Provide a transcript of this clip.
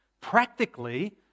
practically